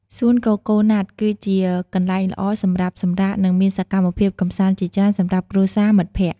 សួនកូកូណាត់គឺជាកន្លែងល្អសម្រាប់សម្រាក និង មានសកម្មភាពកម្សាន្តជាច្រើនសម្រាប់គ្រួសារ មិត្តភក្តិ។